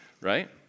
right